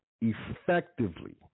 effectively